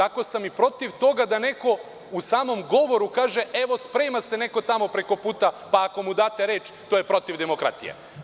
Ali, protiv sam toga da neko u samom govoru kaže – evo, sprema se tamo neko preko puta i ako mu date reč, to je protiv demokratije.